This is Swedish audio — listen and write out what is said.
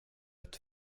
ett